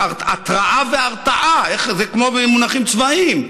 התרעה והרתעה, זה כמו במונחים צבאיים,